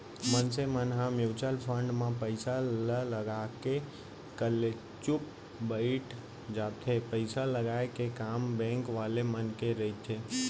मनसे मन ह म्युचुअल फंड म पइसा ल लगा के कलेचुप बइठ जाथे पइसा लगाय के काम बेंक वाले मन के रहिथे